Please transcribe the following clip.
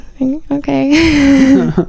Okay